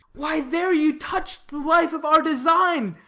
why, there you touch'd the life of our design.